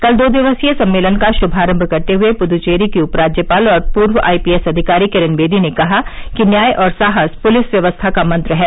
कल दो दिवसीय सम्मेलन का शुभारम्भ करते हुए पुदुवेरी की उप राज्यपाल और पूर्व आई पी एस अधिकारी किरन बेदी ने कहा कि न्याय और साहस पुलिस व्यवस्था का मंत्र है